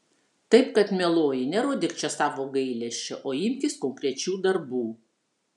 taip kad mieloji nerodyk čia savo gailesčio o imkis konkrečių darbų